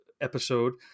episode